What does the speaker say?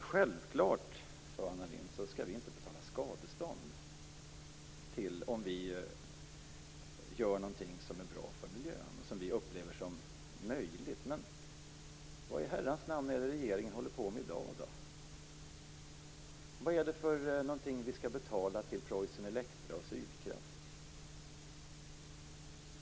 Självklart, sade Anna Lindh, skall vi inte betala skadestånd om vi gör någonting som är bra för miljön och som vi upplever som möjligt. Vad i Herrans namn är det regeringen håller på med i dag? Vad är det för någonting vi skall betala till Preussen Elektra och Sydkraft?